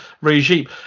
regime